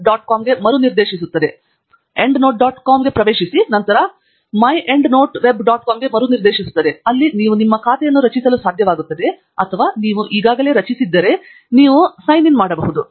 com ಗೆ ಮರುನಿರ್ದೇಶಿಸುತ್ತದೆ ಅಲ್ಲಿ ನೀವು ನಿಮ್ಮ ಖಾತೆಯನ್ನು ರಚಿಸಲು ಸಾಧ್ಯವಾಗುತ್ತದೆ ಅಥವಾ ನೀವು ಈಗಾಗಲೇ ರಚಿಸಿದ್ದರೆ ನೀವು ಸೈನ್ ಇನ್ ಮಾಡಬಹುದು